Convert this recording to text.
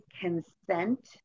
consent